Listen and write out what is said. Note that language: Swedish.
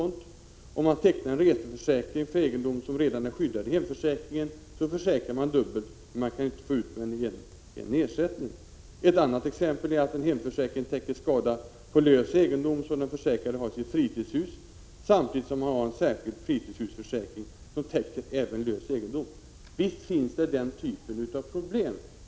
Om man exempelvis tecknar en reseförsäkring för egendom som redan är skyddad genom hemförsäkringen, då försäkrar man dubbelt, men man kan inte få ut mer än en ersättning. Ett annat exempel är när en hemförsäkring täcker skada på lös egendom som den försäkrade har i sitt fritidshus samtidigt som han har en särskild fritidshusförsäkring som täcker även lös egendom. Visst finns den typen av problem.